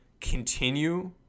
continue